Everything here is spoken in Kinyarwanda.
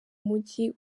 mujyi